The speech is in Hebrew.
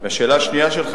לשאלה השנייה שלך,